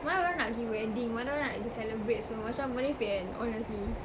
mana orang nak pergi wedding mana orang nak pergi celebrate semua macam merepek kan honestly